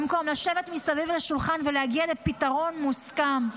במקום לשבת מסביב לשולחן ולהגיע לפתרון מוסכם.